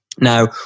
Now